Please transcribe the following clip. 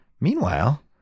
Meanwhile